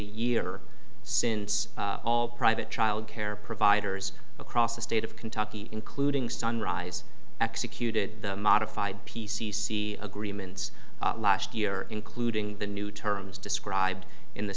year since all private child care providers across the state of kentucky including sunrise executed the modified p c c agreements last year including the new terms described in the